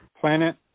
planet